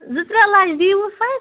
زٕ ترٛےٚ لَچھ دیٖہوُس حظ